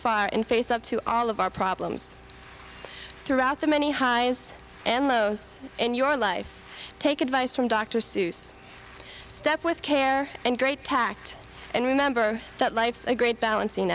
far and face up to all of our problems throughout the many highs and lows in your life take advice from dr seuss step with care and great tact and remember that life's a great balancing